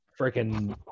freaking